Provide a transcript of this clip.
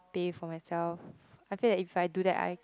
pay for myself I feel like if I do that I